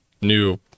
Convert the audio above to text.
new